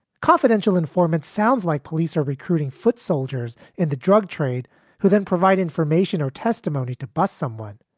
confidential informant sounds like police are recruiting foot soldiers in the drug trade who then provide information or testimony to bust someone.